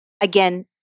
again